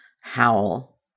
howl